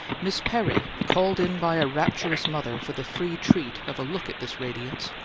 miss perry, called in by a rapturous mother for the free treat of a look at this radiance,